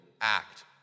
act